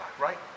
Right